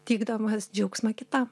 teikdamas džiaugsmą kitam